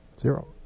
zero